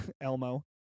Elmo